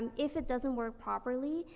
and if it doesn't work properly,